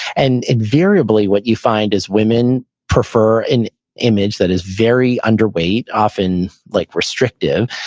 and invariably, what you find is women prefer an image that is very underweight, often like restrictive.